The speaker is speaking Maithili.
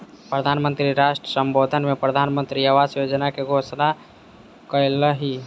प्रधान मंत्री राष्ट्र सम्बोधन में प्रधानमंत्री आवास योजना के घोषणा कयलह्नि